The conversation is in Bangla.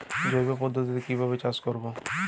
জৈব পদ্ধতিতে কিভাবে চাষ করব?